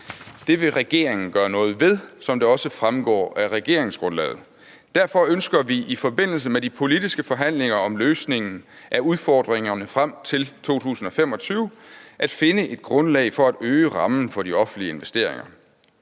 Det vil regeringen gøre noget ved, som det også fremgår af regeringsgrundlaget. Derfor ønsker vi i forbindelse med de politiske forhandlinger om løsningen af udfordringerne frem til 2025 at finde et grundlag for at øge rammen for de offentlige investeringer.